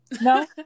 no